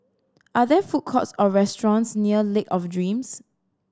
are there food courts or restaurants near Lake of Dreams